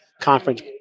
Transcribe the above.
conference